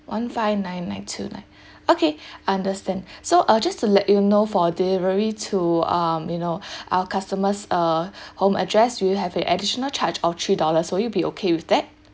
one five nine nine two nine okay I understand so uh just to let you know for delivery to um you know our customer's err home address we'll have an additional charge of three dollars will you be okay with that